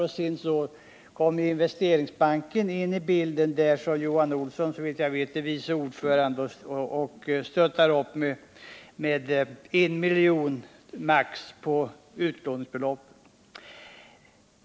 Därutöver stöttar Investeringsbanken, där jag vet att Johan Olsson är vice ordförande, med maximalt en miljon på utlåningsbeloppet.